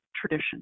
tradition